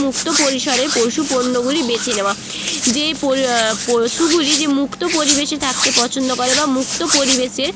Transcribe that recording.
মুক্ত পরিসরে পশু পণ্যগুলি বেছে নেওয়া যেই পরি পশুগুলি যে মুক্ত পরিবেশে থাকতে পছন্দ করে বা মুক্ত পরিবেশের